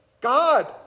God